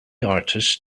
artist